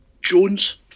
Jones